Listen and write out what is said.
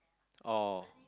oh